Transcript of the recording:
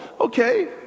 Okay